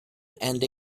and